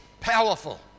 powerful